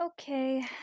Okay